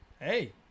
Hey